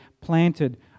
Planted